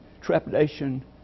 trepidation